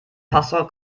passau